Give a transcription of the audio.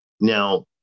Now